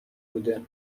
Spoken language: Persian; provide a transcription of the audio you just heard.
بوده